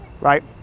right